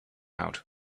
out